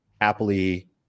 happily